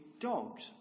dogs